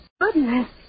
goodness